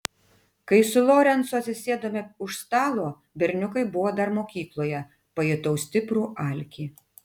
kai su lorencu atsisėdome už stalo berniukai buvo dar mokykloje pajutau stiprų alkį